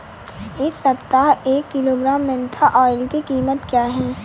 इस सप्ताह एक किलोग्राम मेन्था ऑइल की कीमत क्या है?